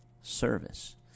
service